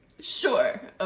sure